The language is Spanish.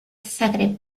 zagreb